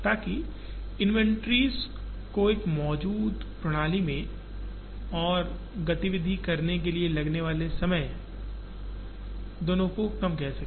ताकि इन्वेंट्रीज़ जो एक प्रणाली में मौजूद हों और गति विधि करने के लिए लगने वाले समय दोनों को कम किया जा सके